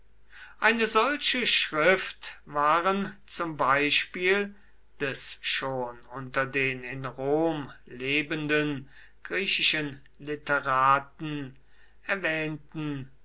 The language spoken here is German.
eine solche schrift waren zum beispiel des schon unter den in rom lebenden griechischen literaten erwähnten